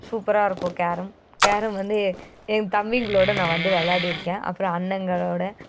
சூப்பராக இருக்கும் carrom carrom வந்து எ என் தம்பிங்களோடய நான் வந்து விளாடிருக்கேன் அப்புறம் அண்ணங்களோடய